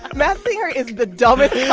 masked singer is the dumbest yeah